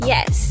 Yes